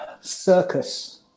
circus